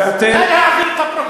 נא להעביר את הפרוטוקול לג'ון קרי.